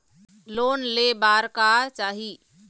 Loan ले बार का चाही?